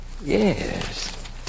Yes